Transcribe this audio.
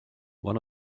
one